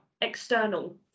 external